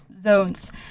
zones